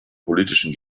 politischen